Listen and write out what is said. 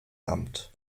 amt